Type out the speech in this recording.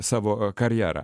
savo karjerą